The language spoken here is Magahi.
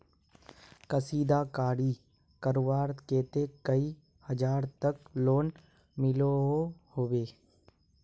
कशीदाकारी करवार केते कई हजार तक लोन मिलोहो होबे?